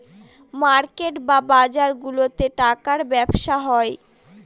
market বা বাজারগুলাতে টাকার ব্যবসা হয়